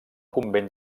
convent